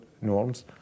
norms